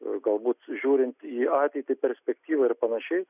galbūt žiūrint į ateitį perspektyvą ir panašiai